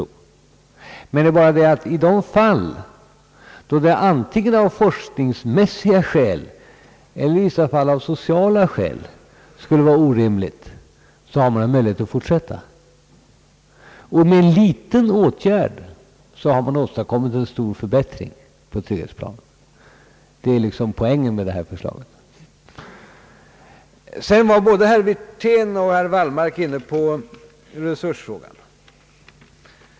Men i de fall, då det av antingen forskningsmässiga eller sociala skäl skulle vara orimligt, har man nu möjlighet att låta en docent fortsätta. Med en liten åtgärd har man åstadkommit en stor förbättring på trygghetsplanet. Det är liksom poängen med detta förslag. Både herr Wirtén och herr Wallmark var inne på resursfrågan.